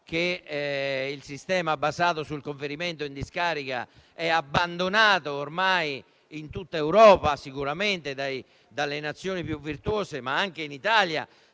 che il sistema basato sul conferimento in discarica è abbandonato ormai in tutta Europa sicuramente dai Paesi più virtuosi, ma anche in Italia